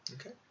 Okay